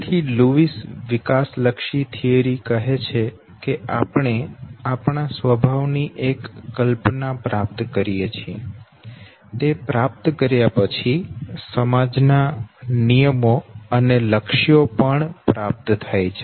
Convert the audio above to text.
તેથી લુઇસ વિકાસલક્ષી theory Lewis' developmental theory કહે છે કે આપણે આપણા સ્વભાવ ની એક કલ્પના પ્રાપ્ત કરીએ છીએ તે પ્રાપ્ત કર્યા પછી સમાજના નિયમો અને લક્ષ્યો પણ પ્રાપ્ત થાય છે